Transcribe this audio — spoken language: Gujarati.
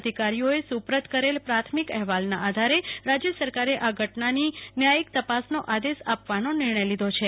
અધિકારીઓએ સુ પ્રત કરેલા પ્રાથમિક અહેવાલના આધારે રાજય સરકારે આ ઘટનાની ન્યાયિક તપાસનો આદેશ આપવાનો નિર્ણય લીધો છે